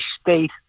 state